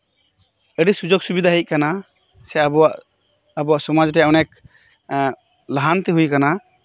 ᱟᱹᱰᱤ ᱥᱩᱡᱚᱜ ᱥᱩᱵᱤᱫᱷᱟ ᱦᱮᱡ ᱟᱠᱟᱱᱟ ᱥᱮ ᱟᱵᱚᱣᱟᱜ ᱟᱵᱚᱣᱟᱜ ᱥᱚᱢᱟᱡ ᱨᱮ ᱚᱱᱮᱠᱞᱟᱦᱟᱱᱛᱤ ᱦᱩᱭ ᱟᱠᱟᱱᱟ